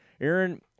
Aaron